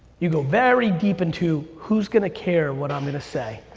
you go very deep into who's gonna care what i'm gonna say.